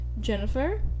Jennifer